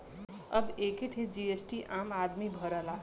अब एक्के ठे जी.एस.टी आम आदमी भरला